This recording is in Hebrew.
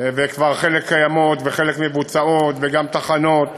וחלק כבר קיימות וחלק מבוצעות, וגם תחנות,